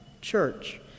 church